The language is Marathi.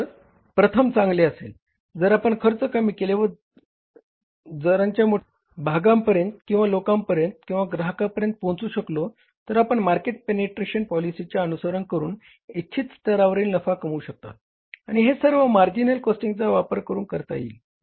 तर प्रथम चांगले असेल जर आपण खर्च कमी केले व बाजाराच्या मोठ्या भागापर्यंत लोकांपर्यंत आणि ग्राहकांपर्यंत पोहचू शकलो तर आपण मार्केट पेनिट्रेशन पॉलीसिचे अनुसरण करून इच्छित स्तरावरील नफा कमवू शकतात आणि हे सर्व मार्जिनल कॉस्टिंगचा वापर करून करता येईल